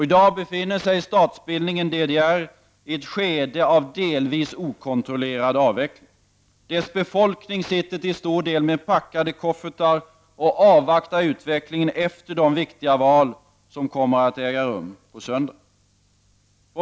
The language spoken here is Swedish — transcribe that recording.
I dag befinner sig statsbildningen DDR i ett skede av delvis okontrollerad avveckling. Dess befolkning sitter till stor del med packade koffertar och avvaktar utvecklingen efter de viktiga val som kommer att äga rum på söndag.